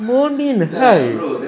moulmein high